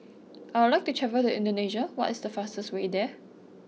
I would like to travel to Indonesia what is the fastest way there